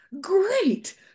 great